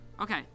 Okay